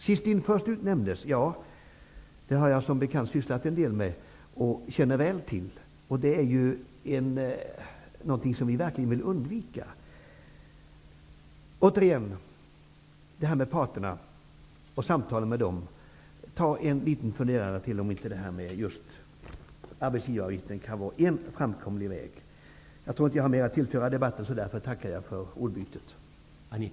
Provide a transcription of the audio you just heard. Sist in, först ut nämndes här. Jag har som bekant sysslat med detta och känner väl till det. Det är någonting som vi verkligen vill undvika. Återigen, ministern, till samtalen med parterna: Ta en liten funderare på om inte en sänkning av arbetsgivaravgiften kan vara en framkomlig väg. Jag tror inte att jag har mer att tillföra debatten, och därför tackar jag för ordbytet.